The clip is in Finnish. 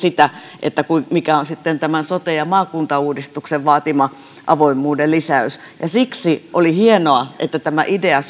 siinä mikä on sote ja maakuntauudistuksen vaatima avoimuuden lisäys siksi oli hienoa että syntyi tämä idea